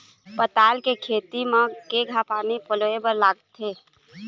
पताल के खेती म केघा पानी पलोए बर लागथे?